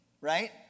right